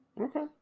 Okay